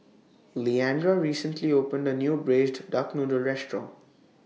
Leandra recently opened A New Braised Duck Noodle Restaurant